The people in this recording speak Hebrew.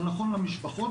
זה נכון למשפחות,